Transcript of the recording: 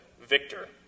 victor